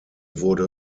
wurde